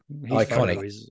Iconic